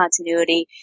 continuity